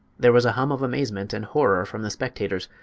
there was a hum of amazement and horror from the spectators,